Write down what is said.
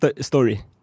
story